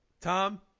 Tom